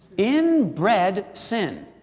inbred sin.